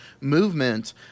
movement